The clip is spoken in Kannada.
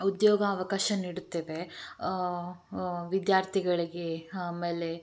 ಉದ್ಯೋಗ ಅವಕಾಶ ನೀಡುತ್ತಿವೆ ವಿದ್ಯಾರ್ಥಿಗಳಿಗೆ ಆಮೇಲೆ